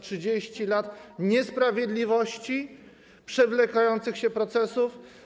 30 lat niesprawiedliwości, przewlekających się procesów.